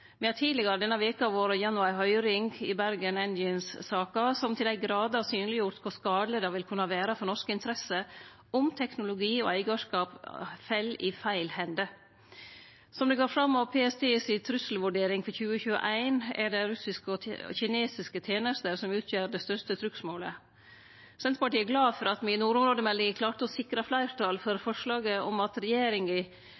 Me har tidlegare denne veka vore gjennom ei høyring om Bergen Engines-saka, som til dei grader har synleggjort kor skadeleg det vil kunne vere for norske interesser om teknologi og eigarskap fell i feil hender. Som det går fram av PST si trusselvurdering for 2021, er det russiske og kinesiske tenester som utgjer det største trugsmålet. Senterpartiet er glad for at me i nordområdemeldinga klarte å sikre fleirtal for